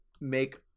make